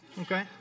Okay